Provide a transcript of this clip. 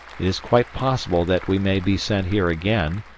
it is quite possible that we may be sent here again,